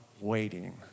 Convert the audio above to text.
waiting